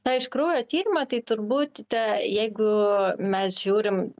na iš kraujo tyrimą tai turbūt ta jeigu mes žiūrim